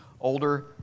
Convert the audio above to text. older